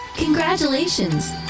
Congratulations